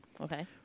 Okay